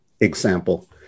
example